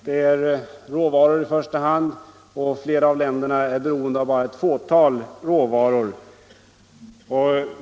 Det är råvaror som de exporterar i första hand, och flera av länderna är beroende av bara ett fåtal råvaror.